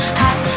hot